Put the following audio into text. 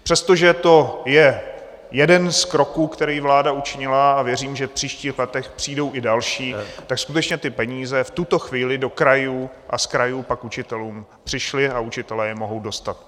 Přestože to je jeden z kroků, který vláda učinila, a věřím, že v příštích letech přijdou i další, tak skutečně ty peníze v tuto chvíli do krajů a z krajů pak učitelům přišly a učitelé je mohou dostat.